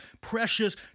precious